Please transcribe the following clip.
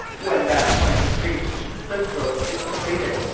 when that point is reached the stroke is completed,